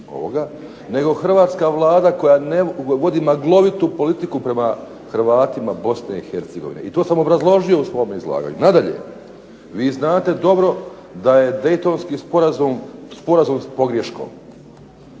nego hrvatska Vlada koja vodi maglovitu politiku prema Hrvatima u Bosni i Hercegovini. I to sam obrazložio u svom izlaganju. Nadalje, vi znate dobro da je Deitonski sporazum, sporazum